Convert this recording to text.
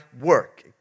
work